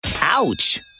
Ouch